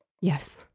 Yes